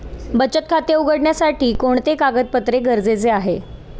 बचत खाते उघडण्यासाठी कोणते कागदपत्रे गरजेचे आहे?